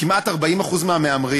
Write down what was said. כמעט 40% מהמהמרים